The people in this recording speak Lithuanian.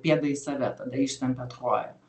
pėdą į save tada ištempiat koją